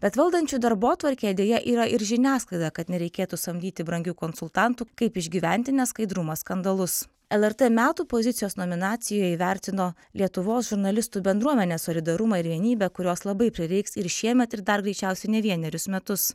bet valdančių darbotvarkė deja yra ir žiniasklaida kad nereikėtų samdyti brangių konsultantų kaip išgyventi neskaidrumo skandalus lrt metų pozicijos nominacijoje įvertino lietuvos žurnalistų bendruomenės solidarumą ir vienybę kurios labai prireiks ir šiemet ir dar greičiausiai ne vienerius metus